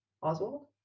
Oswald